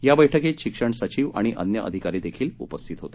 या बैठकीत शिक्षण सचिव आणि अन्य अधिकारी देखील उपस्थित होते